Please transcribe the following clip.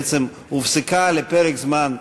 בעצם הופסקה לפרק זמן כהונתו,